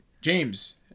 James